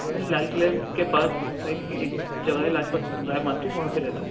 میں لال قلعے کے پاس ایک ایک جگہ ہے لاجپت نگر مارکیٹ وہاں پہ رہتا ہوں